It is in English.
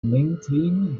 maintain